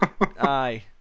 aye